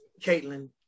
caitlin